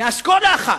מאסכולה אחת,